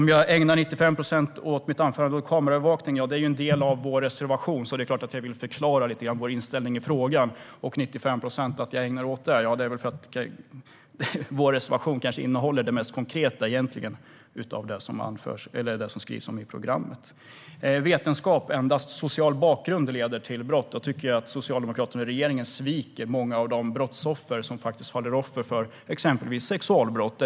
Om jag ägnar 95 procent av mitt anförande åt kameraövervakning beror det på att det är en del av vår reservation. Det är klart att jag vill förklara vår inställning i frågan. Och det beror kanske också på att vår reservation innehåller det mest konkreta av det som skrivs i programmet. När det gäller att endast social bakgrund skulle vara en orsak till att man begår brott, enligt vetenskapen, tycker jag att Socialdemokraterna och regeringen sviker många av de brottsoffer som faller offer för exempelvis sexualbrott.